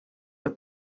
with